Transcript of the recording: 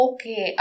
Okay